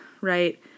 right